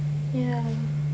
ya